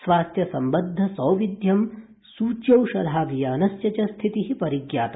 स्वास्थ्य सम्बद्ध सौविध्यं सूच्यौषधाभियानस्य च स्थितिः परिज्ञाता